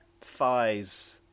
thighs